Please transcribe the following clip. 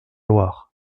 loire